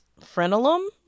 frenulum